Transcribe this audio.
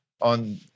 on